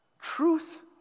truth